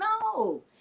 no